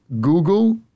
Google